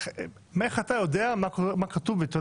איך אתה יודע מה כתוב בעיתון